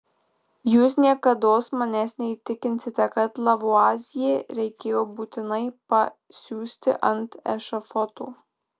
jūs niekados manęs neįtikinsite kad lavuazjė reikėjo būtinai pa siųsti ant ešafoto